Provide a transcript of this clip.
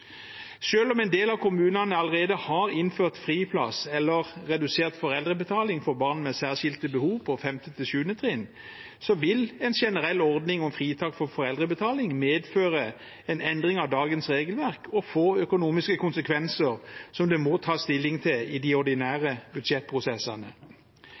om en del av kommunene allerede har innført friplass eller redusert foreldrebetaling for barn med særskilte behov på 5. til 7. trinn, vil en generell ordning om fritak for foreldrebetaling medføre en endring av dagens regelverk og få økonomiske konsekvenser som det må tas stilling til i de